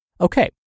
Okay